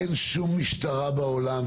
אין שום משטרה בעולם,